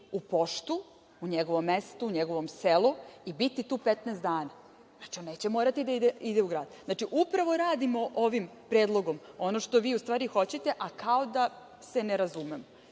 u poštu u njegovom mestu, u njegovom selu i biti tu 15 dana. Znači, on neće morati da ide u grad. Znači, upravo radimo ovim Predlogom ono što vi u stvari hoćete, a kao da se ne razumemo. Znači,